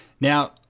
Now